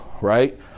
Right